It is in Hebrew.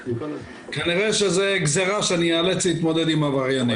כנראה שזה גזירה שאני אאלץ להתמודד עם עבריינים.